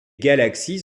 galaxies